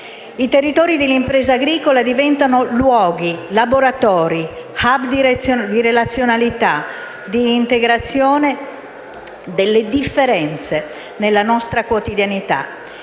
I territori dell'impresa agricola diventano luoghi, laboratori, *hub* di relazionalità, di integrazione delle differenze nella nostra quotidianità.